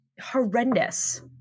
Horrendous